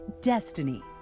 Destiny